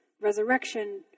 Resurrection